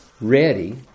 ready